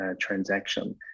transaction